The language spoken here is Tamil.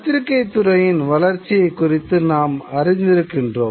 பத்திரிக்கைத் துறையின் வளர்ச்சியைக் குறித்து நாம் அறிந்திருக்கின்றோம்